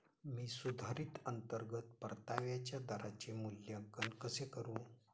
मी सुधारित अंतर्गत परताव्याच्या दराचे मूल्यांकन कसे करू?